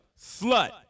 slut